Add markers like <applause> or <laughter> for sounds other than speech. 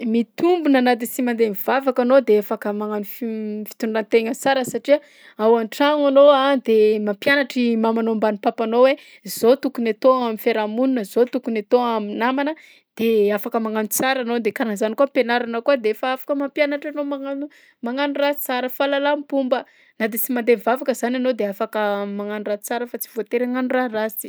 Mitombina na de sy mandeha mivavaka anao de afaka magnano fi- <hesitation> fitondrantegna sara satria ao an-tragno anao a de mampianatra i mamanao mbann'ny papanao hoe zao tokony atao amin'ny fiarahamonina zao tokony atao am'namana de afaka magnano tsara anao de karahan'zany koa am-pianarana koa de efa afaka mampianatra anao magnano magnano raha tsara, fahalalam-pomba. Na de sy mandeha mivavaka zany ianao de afaka magnano raha tsara fa tsy voatery hagnano raha ratsy.